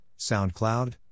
SoundCloud